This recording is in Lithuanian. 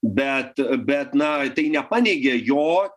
bet bet na tai nepaneigė jo